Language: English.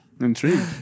Intrigued